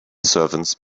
servants